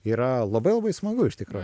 yra labai labai smagu iš tikro